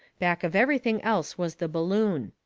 back of everything else was the balloon.